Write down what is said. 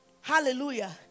Hallelujah